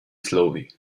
slowly